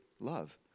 love